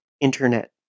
internet